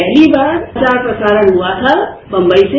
पहली बार प्रचार प्रसारण हुआ था वम्बई से